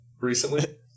recently